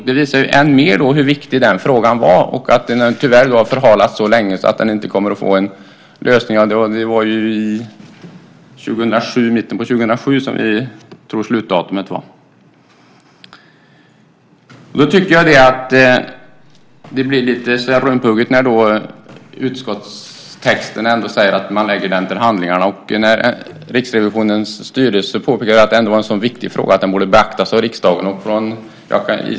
Det visar än mer hur viktig frågan är och att den tyvärr har förhalats så länge att den inte kommer att få en lösning. Vi tror att slutdatum är mitten av 2007. Då tycker jag att det blir lite rumphugget när man säger i utskottstexten att man lägger den till handlingarna och när Riksrevisionens styrelse påpekar att det var en så viktig fråga att den borde beaktas av riksdagen.